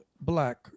black